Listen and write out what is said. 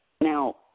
Now